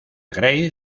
grace